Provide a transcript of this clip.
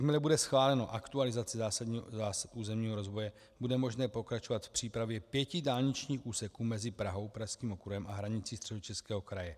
Jakmile bude schválena aktualizace zásad územního rozvoje, bude možné pokračovat v přípravě pěti dálničních úseků mezi Prahou, pražským okruhem a hranicí Středočeského kraje.